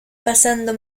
pasando